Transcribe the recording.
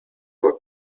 for